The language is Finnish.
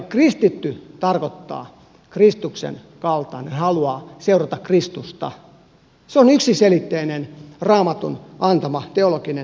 kristitty tarkoittaa kristuksen kaltaista sitä että haluaa seurata kristusta se on yksiselitteinen raamatun antama teologinen totuus